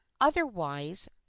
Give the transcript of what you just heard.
otherwise